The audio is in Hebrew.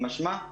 משמע,